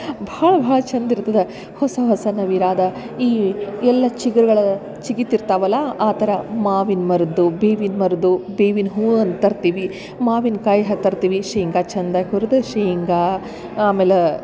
ಭಾಳ ಭಾಳ ಚಂದ ಇರ್ತದ ಹೊಸ ಹೊಸ ನವಿರಾದ ಈ ಎಲ್ಲ ಚಿಗುರ್ಗಳೆಲ್ಲ ಚಿಗಿತಿರ್ತಾವು ಅಲ್ಲ ಆ ಥರ ಮಾವಿನ ಮರದ್ದು ಬೇವಿನ ಮರದ್ದು ಬೇವಿನ ಹೂ ಅಂತ ತರ್ತೀವಿ ಮಾವಿನಕಾಯಿ ಹತರ್ತೀವಿ ಶೇಂಗ ಚಂದಾಗ ಹುರ್ದು ಶೇಂಗಾ ಆಮೇಲ